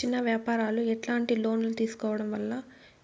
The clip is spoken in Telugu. చిన్న వ్యాపారాలు ఎట్లాంటి లోన్లు తీసుకోవడం వల్ల